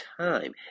time